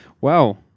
Wow